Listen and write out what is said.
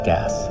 Gas